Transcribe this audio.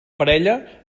parella